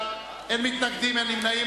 אין מתנגדים, אין נמנעים.